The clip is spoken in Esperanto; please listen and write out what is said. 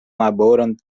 laboron